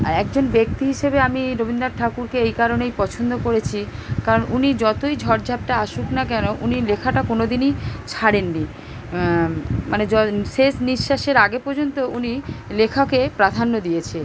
আর একজন ব্যক্তি হিসেবে আমি রবীন্দনাথ ঠাকুরকে এই কারণেই পছন্দ করেছি কারণ উনি যতই ঝড়ঝাপটা আসুক না কেন উনি লেখাটা কোনোদিনই ছাড়েন নি মানে জ শেষ নিশ্বাসের আগে পর্যন্ত উনি লেখাকে প্রাধান্য দিয়েছে